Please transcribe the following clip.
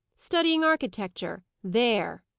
studying architecture. there!